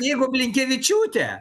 jeigu blinkevičiūtę